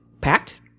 packed